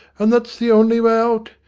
and that's the only way out,